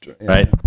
Right